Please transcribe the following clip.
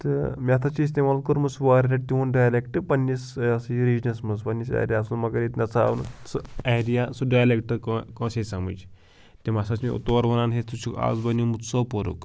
تہٕ مےٚ ہَسا چھِ استعمال کوٚرمٕژ واریاہ لَٹہِ تِہُںٛد ڈایلٮ۪کٹ پنٛنِس یہِ ہَسا یہِ ریٖجنَس منٛز پنٛنِس ایریاہَس منٛز مگر ییٚتہِ نہ سا آو نہٕ سُہ ایریا سُہ ڈایلٮ۪کٹ کٲ کٲنٛسے سمٕجھ تِم ہَسا چھِ مےٚ تورٕ وَنان ہے ژٕ چھُکھ اَز بنیوومُت سوپورُک